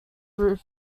roof